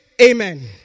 Amen